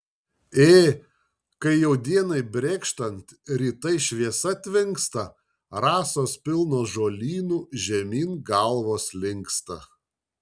ė kai jau dienai brėkštant rytai šviesa tvinksta rasos pilnos žolynų žemyn galvos linksta